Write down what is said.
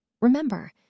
Remember